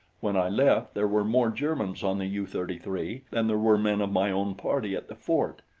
when i left, there were more germans on the u thirty three than there were men of my own party at the fort,